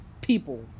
people